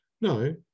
No